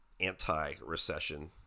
anti-recession